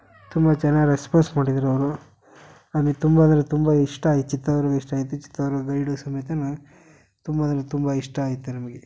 ತುಂಬ ಚೆನ್ನಾಗಿ ರೆಸ್ಪಾನ್ಸ್ ಮಾಡಿದರು ಅವರು ಅದೇ ತುಂಬ ಅಂದರೆ ತುಂಬ ಇಷ್ಟ ಆಯ್ತು ಚಿತ್ರದುರ್ಗ ಇಷ್ಟ ಆಯಿತು ಚಿತ್ರದುರ್ಗ ಗೈಡು ಸಮೇತ ತುಂಬ ಅಂದರೆ ತುಂಬ ಇಷ್ಟ ಆಯ್ತು ನಮಗೆ